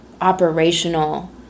operational